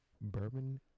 Bourbon